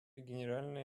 генеральной